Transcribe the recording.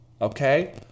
okay